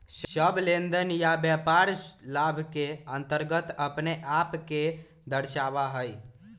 सब लेनदेन या व्यापार लाभ के अन्तर्गत अपने आप के दर्शावा हई